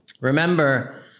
remember